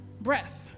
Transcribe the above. breath